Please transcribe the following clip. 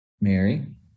Mary